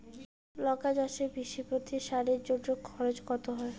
লঙ্কা চাষে বিষে প্রতি সারের জন্য খরচ কত হয়?